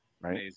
right